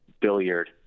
billiard